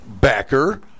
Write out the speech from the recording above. backer